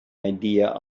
idea